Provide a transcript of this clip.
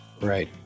Right